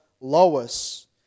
Lois